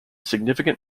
significant